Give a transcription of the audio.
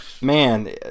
Man